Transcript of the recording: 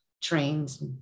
trains